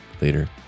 Later